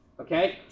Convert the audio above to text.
Okay